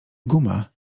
guma